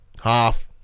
half